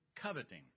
coveting